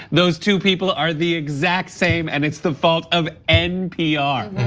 those two people are the exact same and it's the fault of npr.